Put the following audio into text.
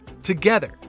Together